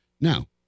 Now